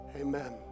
amen